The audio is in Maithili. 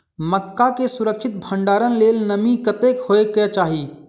मक्का केँ सुरक्षित भण्डारण लेल नमी कतेक होइ कऽ चाहि?